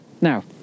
Now